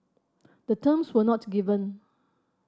the terms were not given